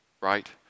right